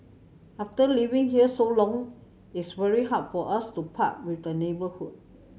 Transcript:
after living here so long it's very hard for us to part with the neighbourhood